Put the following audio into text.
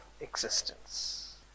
existence